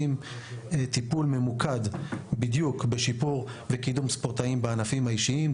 טיפול ממוקד בשיפור וקידום ספורטאים בענפים האישיים.